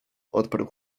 odparł